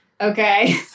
Okay